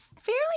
fairly